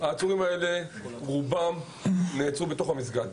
העצורים האלה נעצרו ברובם בתוך המסגד,